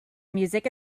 music